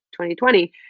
2020